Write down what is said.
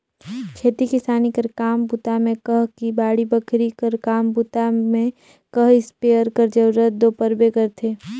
खेती किसानी कर काम बूता मे कह कि बाड़ी बखरी कर काम बूता मे कह इस्पेयर कर जरूरत दो परबे करथे